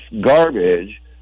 garbage